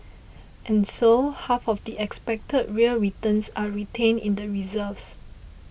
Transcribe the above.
and so half of the expected real returns are retained in the reserves